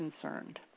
concerned